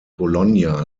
bologna